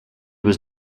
was